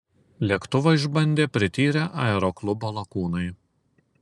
lėktuvą išbandė prityrę aeroklubo lakūnai